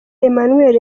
emmanuel